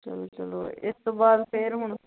ਚੱਲੋ ਚੱਲੋ ਇਸ ਤੋਂ ਬਾਅਦ ਫਿਰ ਹੁਣ